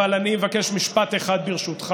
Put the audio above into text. אבל אני אבקש משפט אחד ברשותך